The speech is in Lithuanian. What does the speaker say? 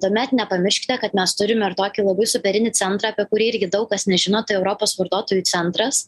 tuomet nepamirškite kad mes turime ir tokį labai superinį centrą apie kurį irgi daug kas nežino tai europos vartotojų centras